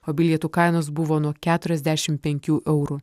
o bilietų kainos buvo nuo keturiasdešimt penkių eurų